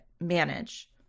manage